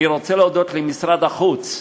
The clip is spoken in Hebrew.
אני רוצה להודות למשרד החוץ,